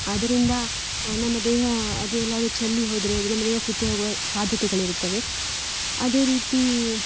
ಅದರಿಂದ ನಮ್ಮ ದೇಹ ಅದು ಎಲ್ಲಾದರೂ ಚೆಲ್ಲಿ ಹೋದರೆ ನಮ್ಮ ದೇಹ ಸುಟ್ಟು ಹೋಗುವ ಸಾಧ್ಯತೆಗಳಿರುತ್ತವೆ ಅದೇ ರೀತಿ